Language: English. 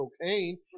cocaine